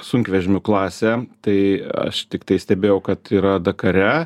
sunkvežimių klasė tai aš tiktai stebėjau kad yra dakare